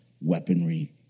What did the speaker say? weaponry